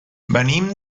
venim